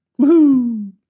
Woohoo